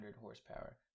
horsepower